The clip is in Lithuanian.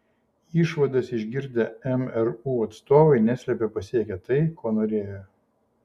išvadas išgirdę mru atstovai neslėpė pasiekę tai ko norėjo